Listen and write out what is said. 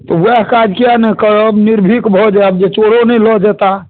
तऽ ओएह काज किआ नहि करब निर्भीक भऽ जायब जे चोरो नहि लऽ जेता